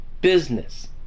business